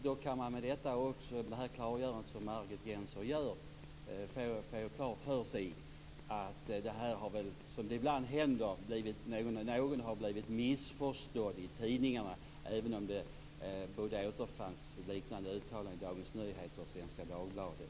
Då kan man genom Margit Gennsers klargörande säga att någon, vilket ibland händer, har blivit missförstådd i tidningarna, även om det återfanns liknande uttalanden i både Dagens Nyheter och Svenska Dagbladet.